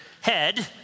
head